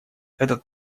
этот